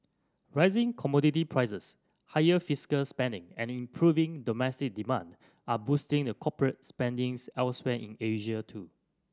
rising commodity prices higher fiscal spending and improving domestic demand are boosting a corporate spending elsewhere in Asia too